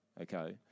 Okay